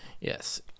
yes